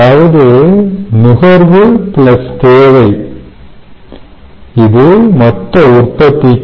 அதாவது நுகர்வு ＋ தேவை ＝ மொத்த உற்பத்தி